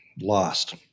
lost